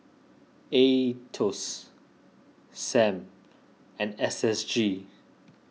Aetos Sam and S S G